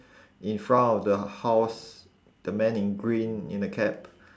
in front of the h~ house the man in green in a cap